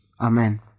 Amen